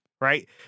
Right